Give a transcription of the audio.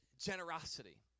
generosity